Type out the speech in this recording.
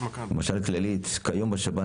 בסוף כמו שכתבנו בנייר,